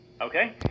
Okay